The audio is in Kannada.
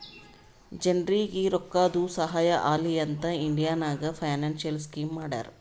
ಜನರಿಗ್ ರೋಕ್ಕಾದು ಸಹಾಯ ಆಲಿ ಅಂತ್ ಇಂಡಿಯಾ ನಾಗ್ ಫೈನಾನ್ಸಿಯಲ್ ಸ್ಕೀಮ್ ಮಾಡ್ಯಾರ